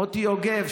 מוטי יוגב,